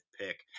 pick